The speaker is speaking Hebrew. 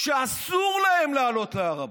אסור להם לעלות להר הבית.